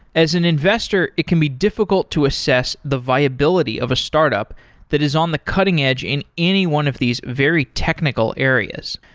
as an investor, it can be difficult to assess the viability of a startup that is on the cutting-edge in any one of these very technical areas.